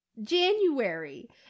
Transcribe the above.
january